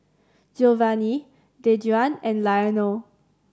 giovanny Dejuan and Lionel